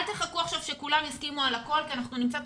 אל תחכו עכשיו שכולם יסכימו על הכול כי אנחנו נמצא את